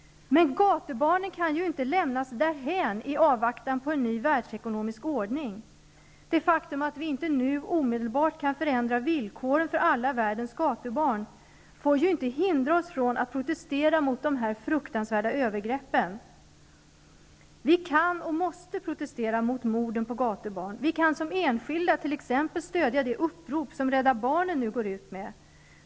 Men gatubarnen kan inte lämnas därhän i avvaktan på en ny världsekonomisk ordning. Det faktum att vi inte omedelbart kan förändra villkoren för alla världens gatubarn får ju inte hindra oss från att protestera mot de fruktansvärda övergreppen. Vi kan och måste protestera mot morden på gatubarn. Vi kan som enskilda t.ex. stödja det upprop som Rädda barnen nu går ut med.